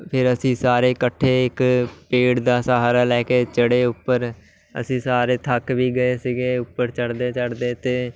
ਫਿਰ ਅਸੀਂ ਸਾਰੇ ਇਕੱਠੇ ਇੱਕ ਪੇੜ ਦਾ ਸਹਾਰਾ ਲੈ ਕੇ ਚੜੇ ਉੱਪਰ ਅਸੀਂ ਸਾਰੇ ਥੱਕ ਵੀ ਗਏ ਸੀਗੇ ਉੱਪਰ ਚੜ੍ਹਦੇ ਚੜ੍ਹਦੇ ਅਤੇ